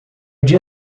dia